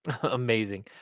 Amazing